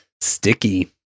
Sticky